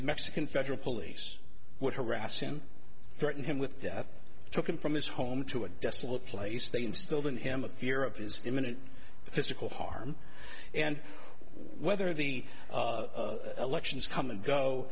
mexican federal police would harass him threaten him with death took him from his home to a desolate place they instilled in him a fear of his imminent physical harm and whether the elections come and go